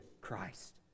Christ